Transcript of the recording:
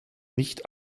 nicht